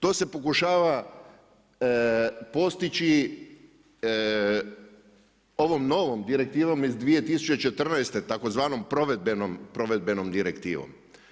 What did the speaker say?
To se pokušava postići ovom novom direktivom iz 2014. tzv. provedbenom direktivom.